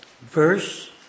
verse